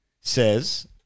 says